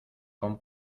con